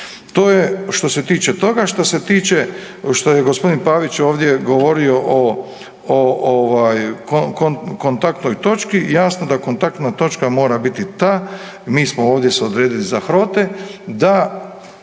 To je što se tiče toga. Što se tiče što je gospodin Pavić ovdje govorio o kontaktnoj točki, jasno da kontaktna točka mora biti ta. Mi smo ovdje se odredili za HROTE da